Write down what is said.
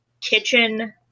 kitchen